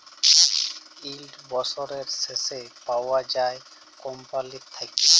yield বসরের শেষে পাউয়া যায় কম্পালির থ্যাইকে